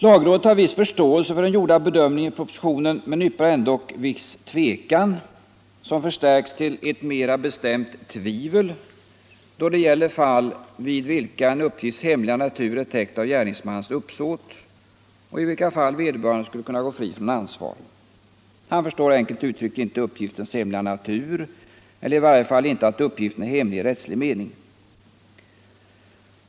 Lagrådet har en viss förståelse för den i propositionen gjorda bedömningen, men yppar ändock en viss tvekan som förstärks till ett mera bestämt tvivel då det gäller fall vid vilka en uppgifts hemliga natur är täckt av gärningsmannens uppsåt och i vilka fall vederbörande skulle kunna gå fri från ansvar. Han förstår, enkelt uttryckt, inte uppgiftens hemliga natur, eller i varje fall inte att uppgiften är hemlig i rättslig mening.